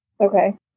Okay